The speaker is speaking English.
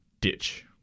ditch